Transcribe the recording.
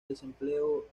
desempleo